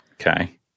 Okay